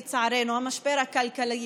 לצערנו: המשבר הכלכלי,